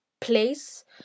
place